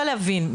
להבין,